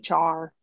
HR